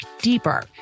deeper